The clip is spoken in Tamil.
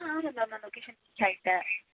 ஆ ஆமாம் மேம் நான் லொகேஷன் ரீச் ஆயிட்டேன்